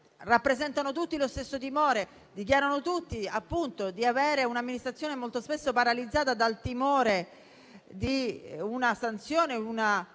rappresentano tutti lo stesso timore, dichiarano tutti di avere un'amministrazione molto spesso paralizzata dal timore di una sanzione per